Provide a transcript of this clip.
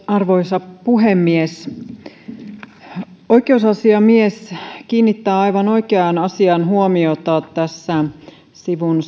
arvoisa puhemies oikeusasiamies kiinnittää aivan oikeaan asiaan huomiota sivun